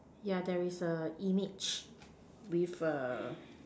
yeah there is a image with a